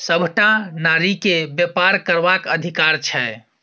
सभटा नारीकेँ बेपार करबाक अधिकार छै